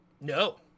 No